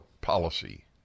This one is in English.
policy